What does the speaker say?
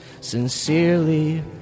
Sincerely